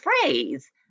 phrase